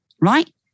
right